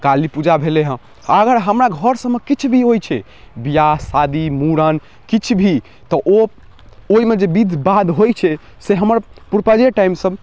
काली पूजा भेलै हँ अगर हमरासभके घर सबमे किछु भी होइ छै बिआह शादी मूड़न किछु भी तऽ ओ ओहिमे जे बिध बाध होइ छै से हमर पूर्वजे टाइमसँ